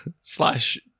Slash